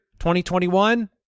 2021